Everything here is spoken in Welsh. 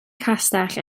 castell